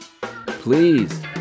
please